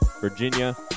Virginia